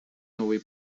новые